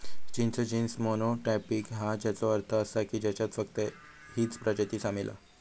चिंच genus monotypic हा, ज्याचो अर्थ असा की ह्याच्यात फक्त हीच प्रजाती सामील हा